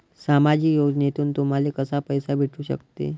सामाजिक योजनेतून तुम्हाले कसा पैसा भेटू सकते?